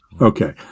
Okay